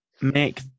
make